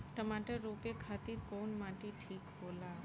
टमाटर रोपे खातीर कउन माटी ठीक होला?